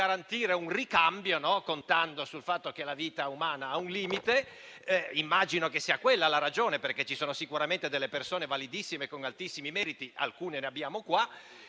di un ricambio, contando sul fatto che la vita umana ha un limite. Immagino che sia quella la ragione, perché ci sono sicuramente delle persone validissime con altissimi meriti, alcune delle quali